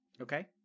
Okay